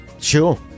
Sure